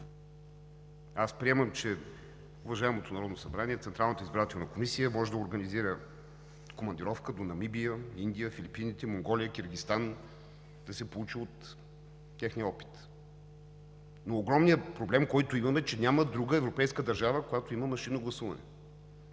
Аз приемам, че уважаемото Народно събрание, Централната избирателна комисия могат да организират командировка до Намибия, Индия, Филипините, Монголия, Киргизстан да се поучи от техния опит. Но огромният проблем, който имаме, е, че няма друга европейска държава, която има машинно гласуване.